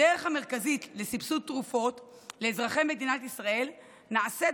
הדרך המרכזית לסבסוד תרופות לאזרחי מדינת ישראל נעשית